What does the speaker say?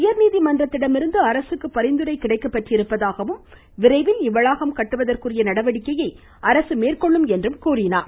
உயர்நீதி மன்றத்திடமிருந்து இதுகுறித்து அரசுக்கு பரிந்துரை கிடைக்கப்பெற்றிருப்பதாகவும் விரைவில் இவ்வளாகம் கட்டுவதற்குரிய நடவடிக்கையை அரசு மேற்கொள்ளும் என்றும் கூறினார்